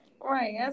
Right